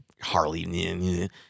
Harley